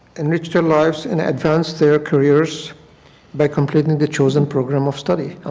enrich their lives and advance their careers by completing their chosen program of study?